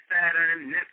Saturn